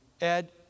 Ed